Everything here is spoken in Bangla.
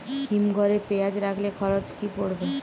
হিম ঘরে পেঁয়াজ রাখলে খরচ কি পড়বে?